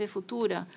Futura